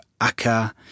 Aka